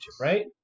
right